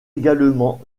également